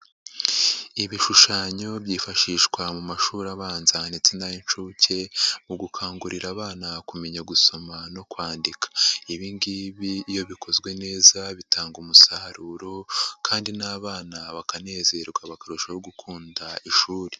Ibishushanyo byifashishwa mu mashuri abanza ndetse nay'inshuke, mu gukangurira abana kumenya gusoma no kwandika, ibi ngibi iyo bikozwe neza bitanga umusaruro kandi n'abana bakanezerwa bakarushaho gukunda ishuri.